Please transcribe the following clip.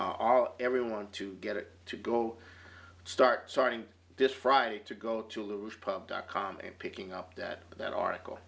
everyone to get it to go start starting this friday to go to lose pub dot com and picking up that that article